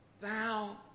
thou